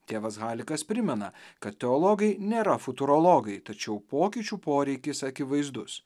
tėvas halikas primena kad teologai nėra futurologai tačiau pokyčių poreikis akivaizdus